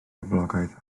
boblogaidd